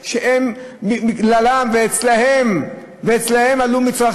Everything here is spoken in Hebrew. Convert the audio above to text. לצערי, לא הגענו לזמן